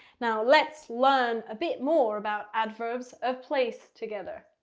now let's learn a bit more about adverbs of place together.